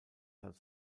als